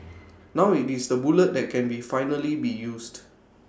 now IT is the bullet that can be finally be used